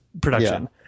production